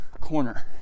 corner